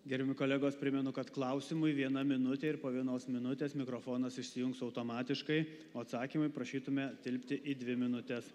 gerbiami kolegos primenu kad klausimui viena minutė ir po vienos minutės mikrofonas išsijungs automatiškai o atsakymai prašytumėme tilpti į dvi minutes